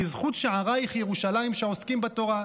בזכות שערייך ירושלים, שעוסקים בתורה.